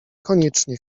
koniecznie